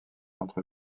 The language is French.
entre